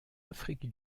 afrique